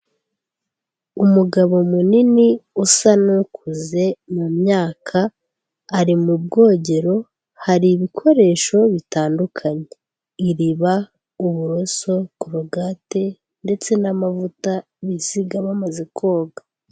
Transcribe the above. Umugabo munini usa n'ukuze mu myaka ari mu bwogero hari ibikoresho bitandukanye iriba, uburoso, kurogate ndetse n'amavuta bisiga bamaze koga.